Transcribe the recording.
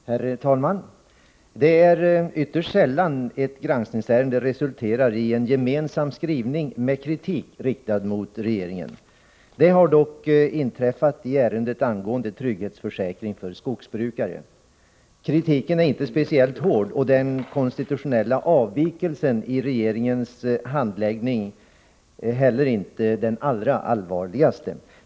Herr talman! Det är ytterst sällan ett granskningsärende resulterar i en gemensam skrivning med kritik riktad mot regeringen. Detta har dock inträffat i ärendet angående trygghetsförsäkring för skogsbrukare. Kritiken är inte speciellt hård och den konstitutionella avvikelsen i regeringens handläggning inte heller den allra allvarligaste.